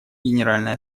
генеральной